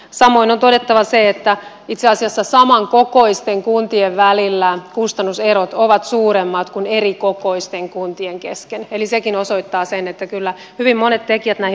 samoin on todettava se että itse asiassa samankokoisten kuntien välillä kustannuserot ovat suuremmat kuin erikokoisten kuntien kesken eli sekin osoittaa sen että kyllä hyvin monet tekijät näihin vaikuttavat